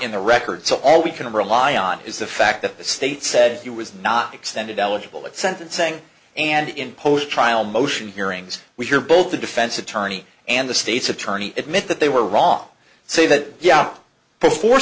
in the record so all we can rely on is the fact that the state said he was not extended eligible at sentencing and in post trial motion hearings we hear both the defense attorney and the state's attorney admit that they were wrong say that yeah before